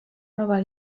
nova